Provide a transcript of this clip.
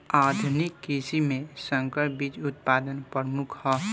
आधुनिक कृषि में संकर बीज उत्पादन प्रमुख ह